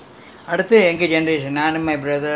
ninety five percent all gone left five percent not gone